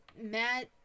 Matt